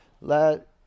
let